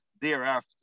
thereafter